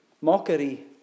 Mockery